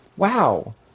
wow